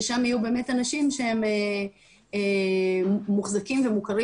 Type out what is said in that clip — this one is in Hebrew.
ששם יהיו באמת אנשים שמוחזקים ומוכרים